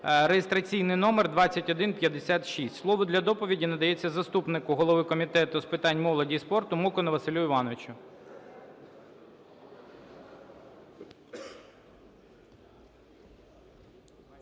(реєстраційний номер 2156). Слово для доповіді надається заступнику голови Комітету з питань молоді і спорту Мокану Василю Івановичу.